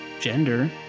gender